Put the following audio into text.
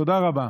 תודה רבה.